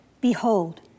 Behold